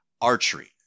archery